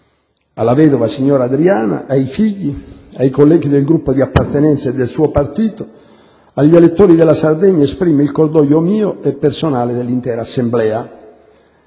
Alla vedova, signora Adriana, ai figli, ai colleghi del Gruppo di appartenenza e del suo partito, agli elettori della Sardegna esprimo il cordoglio mio personale e dell'intera Assemblea.